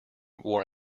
wore